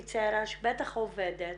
היא צעירה שבטח עובדת